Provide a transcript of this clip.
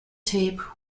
tape